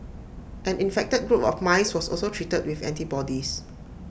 an infected group of mice was also treated with antibodies